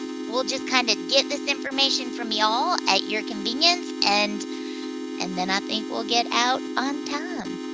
we'll just kind of get this information from y'all at your convenience, and and then i think we'll get out on time.